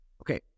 Okay